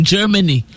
Germany